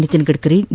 Nitin Gadkari D